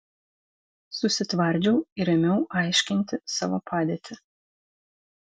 susitvardžiau ir ėmiau aiškinti savo padėtį